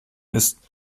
ist